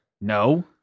No